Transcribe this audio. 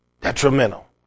detrimental